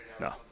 No